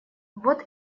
вот